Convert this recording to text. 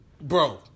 Bro